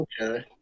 Okay